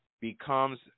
becomes